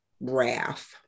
wrath